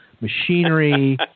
machinery